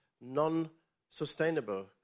non-sustainable